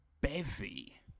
bevy